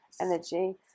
energy